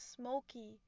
smoky